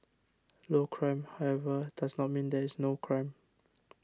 low crime however does not mean that there is no crime